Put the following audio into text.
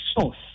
source